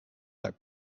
let